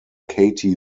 katie